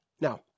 Now